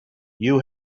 you